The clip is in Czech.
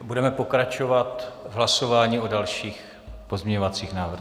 Budeme pokračovat v hlasování o dalších pozměňovacích návrzích.